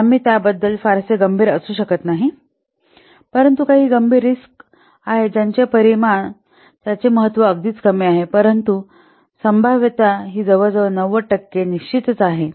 तर आम्ही त्याबद्दल फारसे गंभीर असू शकत नाही परंतु तेथे काही कमी गंभीर जोखीमही आहेत ज्यांचे परिणाम त्यांचे महत्त्व अगदीच कमी आहे परंतु संभाव्यता ही जवळजवळ ९० टक्के निश्चितच आहे